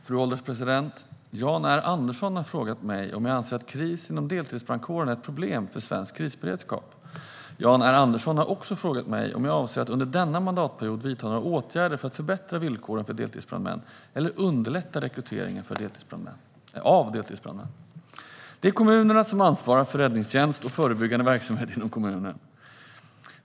Fru ålderspresident! Jan R Andersson har frågat mig om jag anser att krisen inom deltidsbrandkårerna är ett problem för svensk krisberedskap. Jan R Andersson har också frågat mig om jag avser att under denna mandatperiod vidta några åtgärder för att förbättra villkoren för deltidsbrandmän eller underlätta för rekrytering av deltidsbrandmän. Det är kommunerna som ansvarar för räddningstjänst och förebyggande verksamhet inom kommunen.